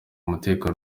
umutekano